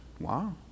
Wow